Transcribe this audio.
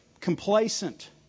complacent